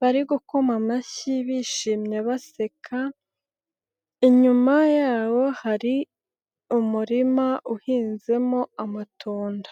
bari gukoma amashyi bishimye baseka, inyuma yabo hari umurima uhinzemo amatunda.